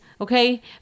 okay